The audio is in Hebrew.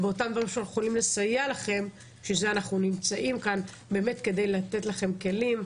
אנחנו נמצאים כאן בשביל לתת לכם כלים,